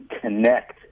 connect